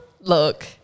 Look